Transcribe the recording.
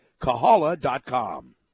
kahala.com